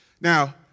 Now